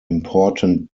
important